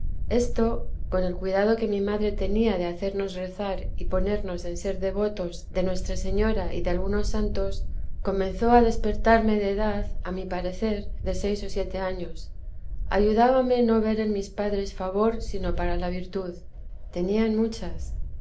esto con el cuidado que mi madre tenía de hacernos rezar y ponernos en ser devotos de nuestra señora y de algunos santos comenzó a despertarme de edad a mi parecer de seis o siete años ayudábame no ver en mis padres favor sino para la virtud tenían muchas